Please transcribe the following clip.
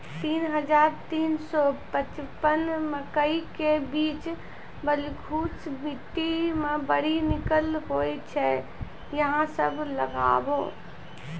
तीन हज़ार तीन सौ पचपन मकई के बीज बलधुस मिट्टी मे बड़ी निक होई छै अहाँ सब लगाबु?